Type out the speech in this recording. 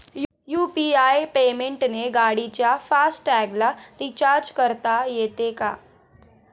UPI पेमेंटने गाडीच्या fast टॅगला रिर्चाज करता येते का?